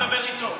לא, אני מדבר אתו.